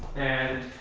and